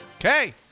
Okay